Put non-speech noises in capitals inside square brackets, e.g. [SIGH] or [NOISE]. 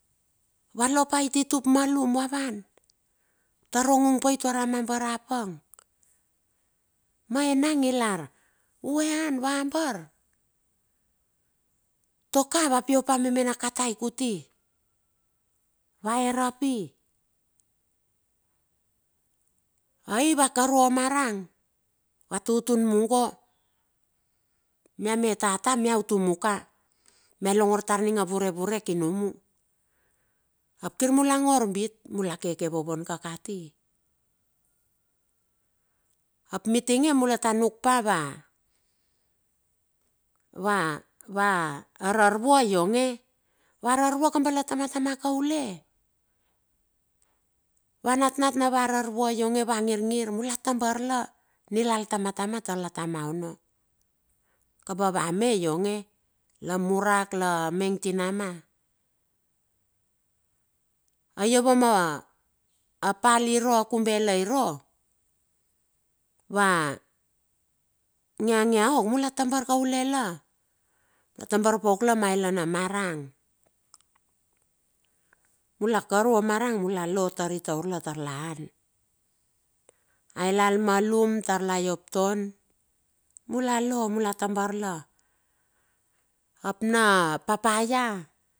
Valopa a ititup malum va van tar hongong pai, tar amambar a pang. Ma enang i lar u ean vambar to ka va pio pa memena katai kuti va erapii. Ai va karu o marang va tutun mungo, mia me tata mia utumoka mia longor tar a ning a vurevurek i nomu, ap kir mula ngor bit, mula keke vovon ka kati. Ap mitinge mula la ta nuk pa va va [HESITATION] va ararvua ionge, a va ararvua kamba la tamatama kaule, va natnat na ararvua ionge va ngirngir mula tabar la, nilal tanatama tar la tama ono, kamba va me ionge la murak la maing tinama. Ai iova ma pal iro kumbe la iruo, va ngia ngiaok mula tabar kaule la. Tambar pauk la ma aila na marang. Mula karu o marang mula lotari taur la tar la an, aelal malum tar la iop ton, mula lo mula tabar la. Hap na papaya.